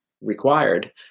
required